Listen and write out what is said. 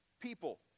people